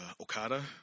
Okada